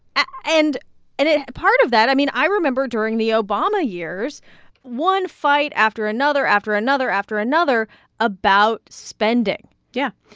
and and ah part of that i mean, i remember during the obama years one fight after another after another after another about spending yeah.